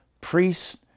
priests